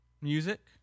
music